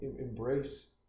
embrace